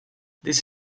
this